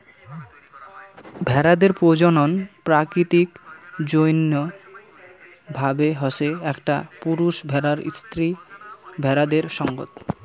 ভেড়াদের প্রজনন প্রাকৃতিক জইন্য ভাবে হসে একটা পুরুষ ভেড়ার স্ত্রী ভেড়াদের সঙ্গত